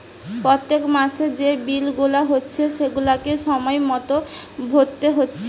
পোত্তেক মাসের যে বিল গুলা হচ্ছে সেগুলাকে সময় মতো ভোরতে হচ্ছে